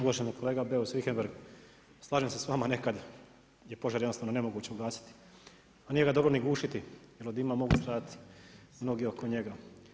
Uvaženi kolega Beus Richembergh, slažem se s vama, neka je požar jednostavno nemoguće ugasiti, a nije ga dobro ni gušiti jer od dima mogu stradati mnogi oko njega.